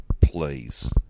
please